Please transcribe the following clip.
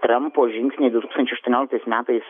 trampo žingsniai du tūkstančiai aštuonioliktais metais